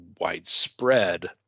widespread